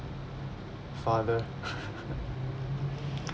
father